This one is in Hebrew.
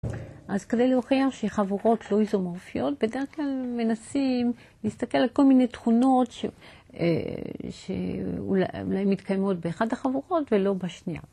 אז כדי להוכיח שחבורות לא איזומורפיות, בדרך כלל מנסים להסתכל על כל מיני תכונות שאולי מתקיימות באחת החבורות ולא בשנייה.